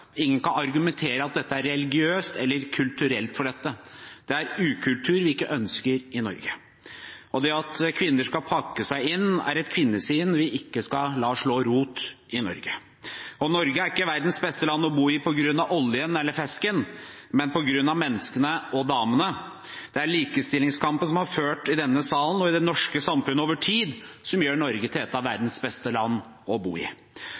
Ingen kan argumentere med at dette er religiøst eller kulturelt. Det er en ukultur vi ikke ønsker i Norge. At kvinner skal pakke seg inn, er et kvinnesyn vi ikke skal la slå rot i Norge. Norge er ikke verdens beste land å bo i på grunn av oljen eller fisken, men på grunn av menneskene, også damene. Det er likestillingskampen som er ført i denne salen og i det norske samfunnet over tid, som gjør Norge til et av verdens beste land å bo i